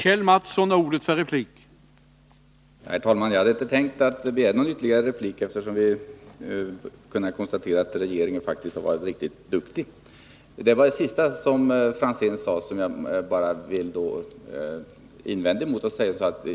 Herr talman! Jag hade inte tänkt begära någon ytterligare replik, eftersom vi faktiskt kunnat konstatera att regeringen varit riktigt duktig. Men det som Tommy Franzén sist sade vill jag göra en invändning mot.